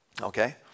Okay